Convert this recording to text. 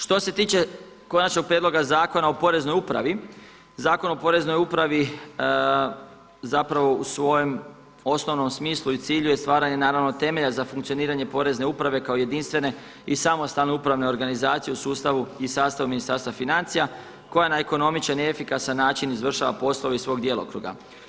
Što se tiče konačnog prijedloga Zakona o poreznoj upravi, Zakon o poreznoj upravi zapravo u svojem osnovnom smislu i cilju je stvaranje naravno temelja za funkcioniranje porezne uprave kao jedinstvene i samostalne upravne organizacije u sustavu i sastavni sastav financija, koja na ekonomičan i efikasan način izvršava poslove iz svog djelokruga.